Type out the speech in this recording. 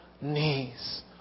knees